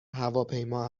هواپیما